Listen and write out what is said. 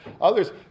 others